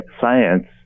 science